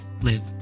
live